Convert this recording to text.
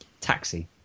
Taxi